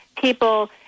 people